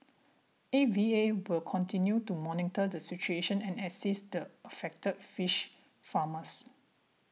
A V A will continue to monitor the situation and assist affected fish farmers